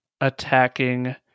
attacking